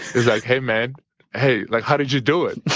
was like, hey man hey. like how did you do it?